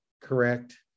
correct